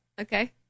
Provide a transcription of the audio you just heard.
okay